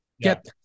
get